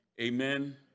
Amen